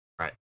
Right